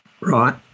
right